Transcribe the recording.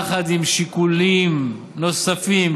יחד עם שיקולים נוספים,